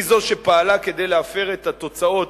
היא זו שפעלה כדי להפר את התוצאות